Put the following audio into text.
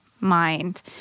mind